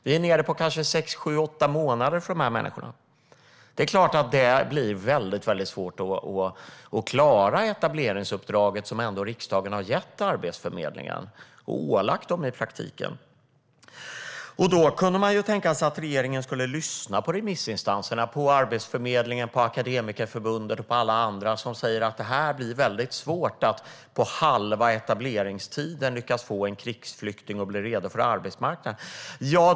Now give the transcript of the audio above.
Det är nere på sex sju eller kanske åtta månader för de här människorna, och det är klart att det blir väldigt svårt att klara det etableringsuppdrag som ändå riksdagen har gett Arbetsförmedlingen och i praktiken ålagt dem. Man kunde tänka sig att regeringen skulle lyssna på remissinstanserna - på Arbetsförmedlingen, Akademikerförbundet och på alla andra som säger att det blir väldigt svårt att på halva etableringstiden lyckas få en krigsflykting att bli redo för arbetsmarknaden.